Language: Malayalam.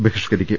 ബഹിഷ്കരിക്കും